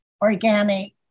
organic